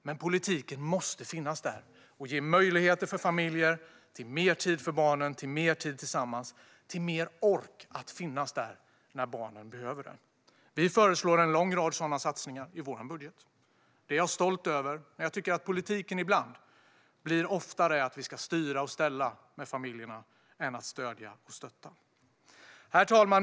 Men politiken måste finnas där och ge familjer möjligheter till mer tid för barnen, mer tid tillsammans, mer ork att finnas där när barnen behöver det. Vi föreslår en lång rad sådana satsningar i vår budget. Det är jag stolt över. Jag tycker ibland att politiken handlar mer om att vi ska styra och ställa med familjerna än att stödja dem. Herr talman!